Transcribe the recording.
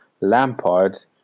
Lampard